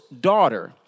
daughter